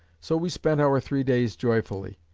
so we spent our three days joyfully,